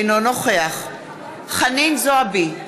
אינו נוכח חנין זועבי,